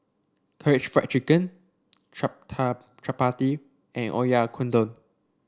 Karaage Fried Chicken Chapati and Oyakodon